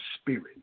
Spirit